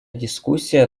дискуссия